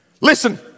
Listen